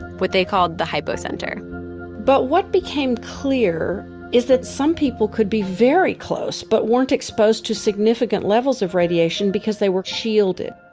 what they called the hypocenter but what became clear is that some people could be very close but weren't exposed to significant levels of radiation because they were shielded.